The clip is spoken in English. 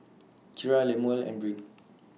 Kira Lemuel and Brynn